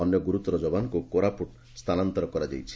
ଅନ୍ୟ ଗୁରୁତ୍ୱର ଯବାନଙ୍କୁ କୋରାପୁଟ ସ୍ଥାନାନ୍ତର କରାଯାଇଛି